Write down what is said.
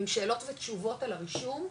עם שאלות ותשובות על הרישום,